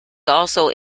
also